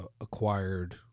acquired